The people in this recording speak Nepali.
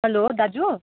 हेलो दाजु